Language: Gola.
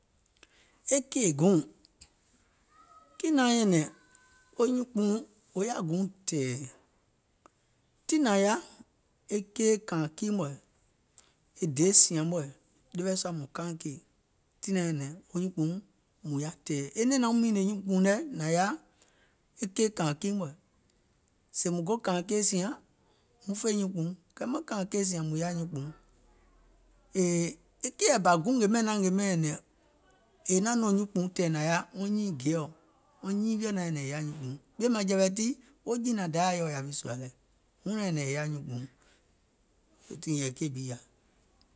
E kèì guùŋ, tiŋ naŋ nyɛ̀nɛ̀ŋ wo nyuùnkpùuŋ wò yaȧ guùŋ tɛ̀ɛ̀, tiŋ nȧŋ yaȧ, e keì kȧìŋ kii mɔ̀ɛ̀, e deè sìȧŋ mɔ̀ɛ̀, ɗewɛɛ̀ sua mùŋ kaàìŋ keì, tiŋ naŋ nyɛ̀nɛ̀ŋ nyuùnkpùuŋ mùŋ yaà tɛ̀ɛ̀, e nɛ̀ɛŋ naum mììnè nyuùnkpùuŋ nɛ̀ nȧŋ yaȧ, e keì kȧȧiŋ kii mɔ̀ɛ̀, sèèùm goò kȧȧìŋ keì sìȧŋ, mùŋ fè nyuùnkpùuŋ, maŋ kȧȧìŋ keì sìȧŋ mùŋ yaȧ nyùunkpùuŋ, yèè e keìɛ̀ bȧ guùŋ naŋ ngèè ɓɛìŋ nyɛ̀nɛ̀ŋ è naŋ nɔ̀ŋ nyuùŋkpùuŋ lɛ̀ nȧŋ yaȧ wɔŋ nyiiŋ gèeɔ̀, wɔŋ nyiiŋ wiɔ̀ naŋ nyɛ̀nɛ̀ŋ è yaà nyuùnkpùuŋ, e ɓìèmȧŋjɛ̀wɛ̀ tii, wo jìnȧŋ Dayàa yȧ wì sùà lɛ, wuŋ naŋ nyɛ̀nɛ̀ŋ è yaȧ nyuùnkpùuŋ, weètii yɛ̀ì keì bi yaȧ.